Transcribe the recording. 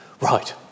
Right